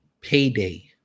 payday